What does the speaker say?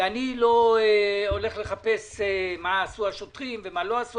ואני לא הולך לחפש מה עשו השוטרים ומה לא עשו